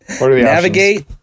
navigate